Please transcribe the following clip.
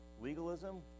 legalism